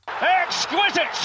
Exquisite